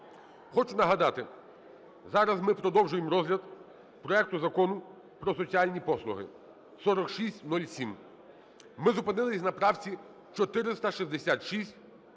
Хочу нагадати: зараз ми продовжуємо розгляд проекту Закону про соціальні послуги (4607). Ми зупинились на правці 466.